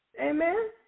Amen